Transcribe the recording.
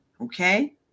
okay